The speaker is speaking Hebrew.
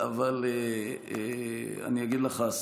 אני אגיד לך,